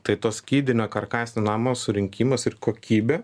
tai tos skydinio karkasinio namo surinkimas ir kokybė